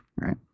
Right